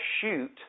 shoot